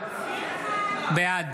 בעד